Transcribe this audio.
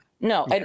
No